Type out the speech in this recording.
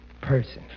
person